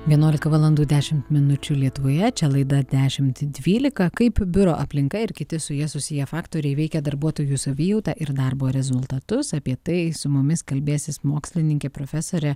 vienuolika valandų dešimt minučių lietuvoje čia laida dešimt dvylika kaip biuro aplinka ir kiti su ja susiję faktoriai veikia darbuotojų savijautą ir darbo rezultatus apie tai su mumis kalbėsis mokslininkė profesorė